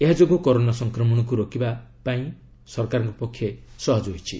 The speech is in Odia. ଏହାଯୋଗୁଁ କରୋନା ସଂକ୍ରମଣକୁ ରୋକିବା ସରକାରଙ୍କ ପାଇଁ ସହଜ ହୋଇଛି